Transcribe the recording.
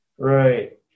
Right